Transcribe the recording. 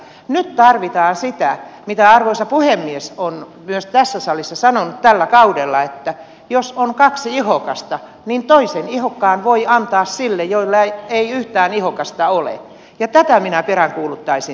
nyt tarvitaan sitä mitä arvoisa puhemies on myös tässä salissa sanonut tällä kaudella että jos on kaksi ihokasta niin toisen ihokkaan voi antaa sille jolla ei yhtään ihokasta ole ja tätä minä peräänkuuluttaisin tällä hetkellä